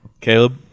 Caleb